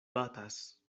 batas